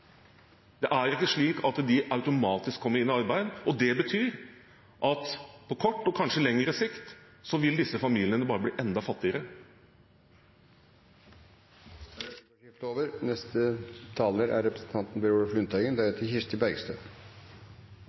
Det er ikke slik at de automatisk kommer inn i arbeid, og det betyr at på kort og kanskje lengre sikt vil disse familiene bare bli enda fattigere. Replikkordskiftet er